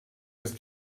ist